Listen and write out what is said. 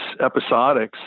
episodics